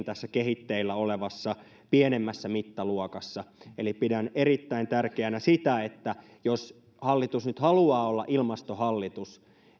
tässä kehitteillä olevassa pienemmässä mittaluokassa eli pidän erittäin tärkeänä sitä että jos hallitus nyt haluaa olla ilmastohallitus